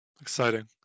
exciting